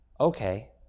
okay